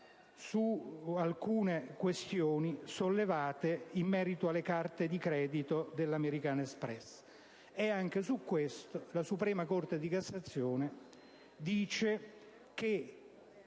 su alcune questioni sollevate in merito alle carte di credito dell'American Express. Anche su questo punto, la Suprema corte dice che